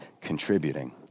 contributing